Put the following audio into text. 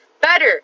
better